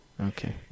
Okay